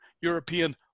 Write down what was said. European